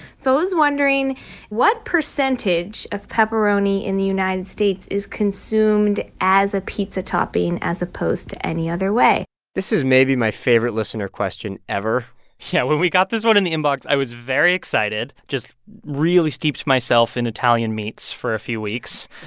so i was wondering what percentage of pepperoni in the united states is consumed as a pizza topping as opposed to any other way this is maybe my favorite listener question ever yeah. when we got this one in the inbox, i was very excited, just really steeped myself in italian meats for a few weeks.